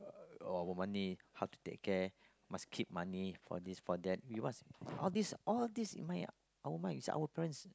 all about money how to take care must keep money for this for that we must all this all this in mind our mind is our parents